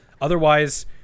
Otherwise